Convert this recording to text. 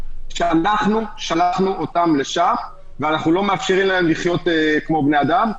ואנחנו אלה ששלחנו אותם לשם ואנחנו לא מאפשרים להם לחיות כמו בני אדם.